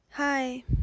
Hi